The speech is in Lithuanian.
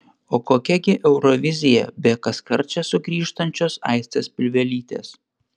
o kokia gi eurovizija be kaskart čia sugrįžtančios aistės pilvelytės